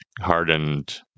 hardened